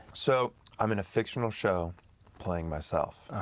so i'm in a fictional show playing myself.